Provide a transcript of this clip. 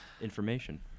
Information